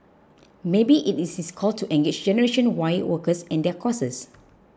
maybe it is his call to engage generation Y workers and their causes